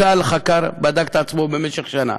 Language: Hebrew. צה"ל חקר ובדק את עצמו במשך שנה.